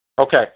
Okay